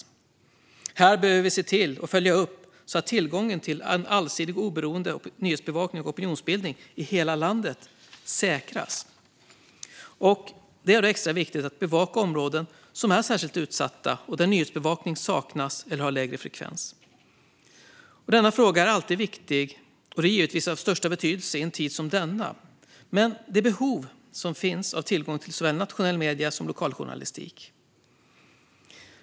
Det här behöver vi se till att följa upp så att tillgången till en allsidig och oberoende nyhetsbevakning och opinionsbildning i hela landet säkras. Det är extra viktigt att bevaka områden som är särskilt utsatta och där nyhetsbevakning saknas eller har lägre frekvens. Denna fråga är alltid viktig, och den är givetvis av största betydelse i en tid som denna med det behov som finns av tillgång till såväl nationella medier som lokaljournalistik.